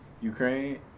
Ukraine